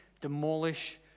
demolish